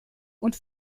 und